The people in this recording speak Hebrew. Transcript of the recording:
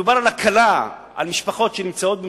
מדובר בהקלה על משפחות שנמצאות במצוקה,